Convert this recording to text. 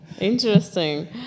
Interesting